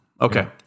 Okay